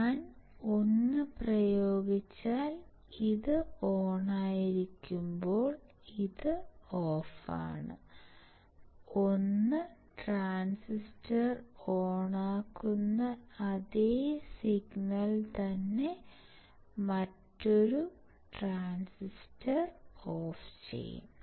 ഞാൻ 1 പ്രയോഗിച്ചാൽ ഇത് ഓണായിരിക്കുമ്പോൾ ഇത് ഓഫാണ് 1 ട്രാൻസിസ്റ്റർ ഓണാക്കുന്ന അതേ സിഗ്നൽ തന്നെ മറ്റൊരു ട്രാൻസിസ്റ്റർ ഓഫ് ചെയ്യും